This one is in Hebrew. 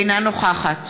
אינה נוכחת